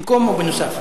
במקום או בנוסף?